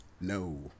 No